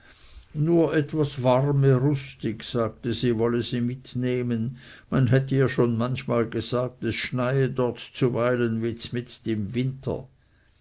nur etwas warme rustig sagte sie wolle sie mitnehmen man hätte ihr schon manchmal gesagt es schneie dort zuweilen wie mitts im winter